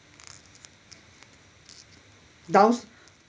downs